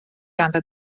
ganddo